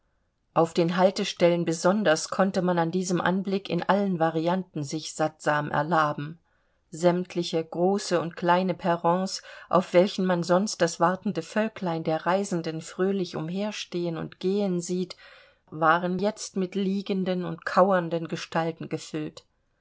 auf den haltestellen besonders konnte man an diesem anblick in allen varianten sich sattsam erlaben sämtliche große und kleine perrons auf welchen man sonst das wartende völklein der reisenden fröhlich umherstehen und gehen sieht waren jetzt mit liegenden und kauernden gestalten gefüllt